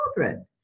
children